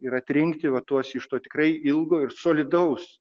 ir atrinkti va tuos iš to tikrai ilgo ir solidaus